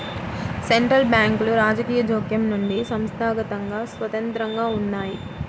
central బ్యాంకులు రాజకీయ జోక్యం నుండి సంస్థాగతంగా స్వతంత్రంగా ఉన్నయ్యి